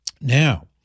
Now